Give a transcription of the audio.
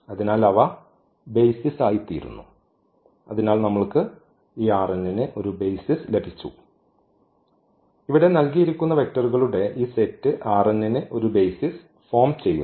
അതിനാൽ അവ ബെയ്സിസായിത്തീരുന്നു അതിനാൽ നമ്മൾക്ക് ഈ ന് ഒരു ബെയ്സിസ് ലഭിച്ചു ഇവിടെ നൽകിയിരിക്കുന്ന വെക്റ്ററുകളുടെ ഈ സെറ്റ് ന് ഒരു ബെയ്സിസ് ഫോം ചെയ്യുന്നു